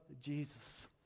Jesus